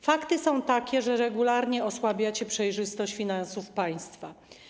Fakty są takie, że regularnie zmniejszacie przejrzystość finansów państwa.